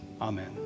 Amen